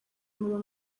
umuriro